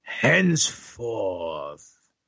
Henceforth